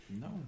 No